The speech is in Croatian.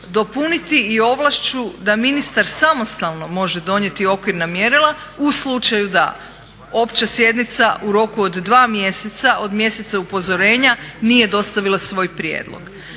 dopuniti i ovlašću da ministar samostalno može donijeti okvirna mjerila u slučaju da opća sjednica u roku od 2 mjeseca od mjeseca upozorenja nije dostavila svoj prijedlog.